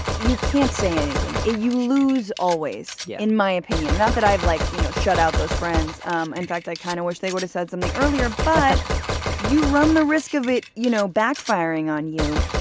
you can't say anything. you lose. always. yeah, in my opinion. not that i've like, you know, shut out those friends. um in fact, i kind of wish they would've said something earlier. but you run the risk of it, you know, backfiring on you.